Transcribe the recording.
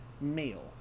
male